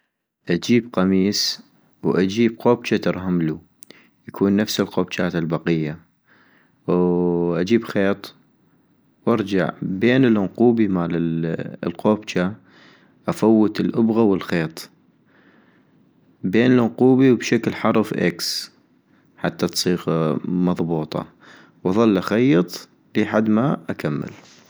اجيب قميس واجيب قوبجة ترهملو يكون نفس القوبجات البقية ، وو اجيب خيط - وارجع بين النقوبي مال القوبجة افوت الابغة والخيط ، بين النقوبي وبشكل حرف إكس حتى تصيغ مضبوطة - واضل اخيط لي حد ما أكمل